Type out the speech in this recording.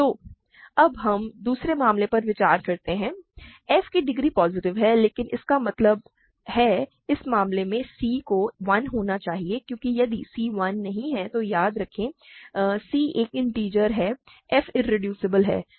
तो अब हम दूसरे मामले पर विचार करते हैं f की डिग्री पॉजिटिव है लेकिन इसका मतलब है इस मामले में c को 1 होना चाहिए क्योंकि यदि c 1 नहीं है तो याद रखें कि c एक इन्टिजर है f इरेड्यूसबल है